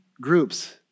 groups